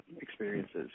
experiences